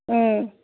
ओम